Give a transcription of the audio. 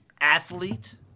athlete